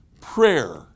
prayer